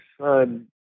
son